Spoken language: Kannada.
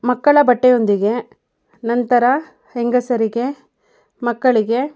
ಮಕ್ಕಳ ಬಟ್ಟೆಯೊಂದಿಗೆ ನಂತರ ಹೆಂಗಸರಿಗೆ ಮಕ್ಕಳಿಗೆ